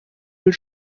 will